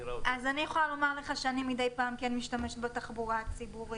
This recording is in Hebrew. אני יכולה לומר לך שאני מדי פעם כן משתמשת בתחבורה הציבורית.